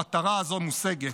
המטרה הזו מושגת.